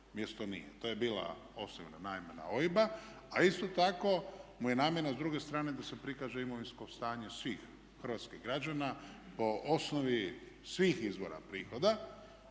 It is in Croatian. To je bila osnovna namjena OIB-a. A isto tako mu je namjena s druge strane da se prikaže imovinsko stanje svih hrvatskih građana po osnovi svih izvora prihoda.